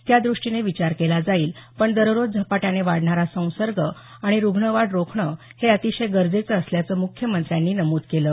त्यादृष्टीने विचार केला जाईल पण दररोज झपाट्याने वाढणारा संसर्ग आणि रुग्णवाढ रोखणे हे अतिशय गरजेचं असल्याचं मुख्यमंत्र्यांनी नमूद केलं